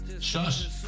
Shush